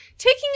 Taking